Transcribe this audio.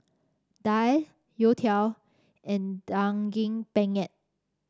daal youtiao and Daging Penyet